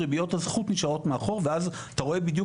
ריביות הזכות נשארות מאחור ואז אתה רואה בדיוק